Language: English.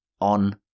on